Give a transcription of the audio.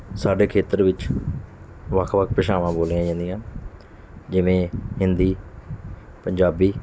ਸਾਡੇ ਖੇਤਰ ਵਿੱਚ ਵੱਖ ਵੱਖ ਭਾਸ਼ਾਵਾਂ ਬੋਲੀਆਂ ਜਾਂਦੀਆਂ ਜਿਵੇਂ ਹਿੰਦੀ ਪੰਜਾਬੀ